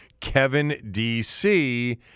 KevinDC